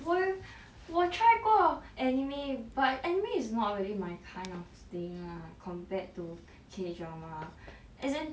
我有我 try 过 anime but anime is not really my kind of thing lah compared to K drama as in